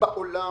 בעולם